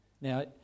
Now